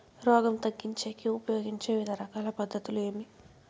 రోగం తగ్గించేకి ఉపయోగించే వివిధ రకాల పద్ధతులు ఏమి?